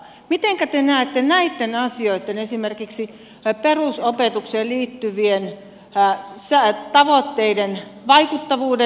mitenkä te näette näitten asioitten esimerkiksi perusopetukseen liittyvien tavoitteiden vaikuttavuuden